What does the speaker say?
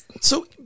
So-